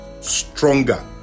stronger